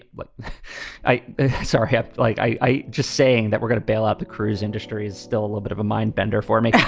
what i saw happen. like i just saying that we're gonna bail out the cruise industry is still a little bit of a mind bender for me.